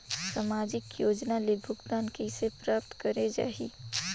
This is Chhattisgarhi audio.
समाजिक योजना ले भुगतान कइसे प्राप्त करे जाहि?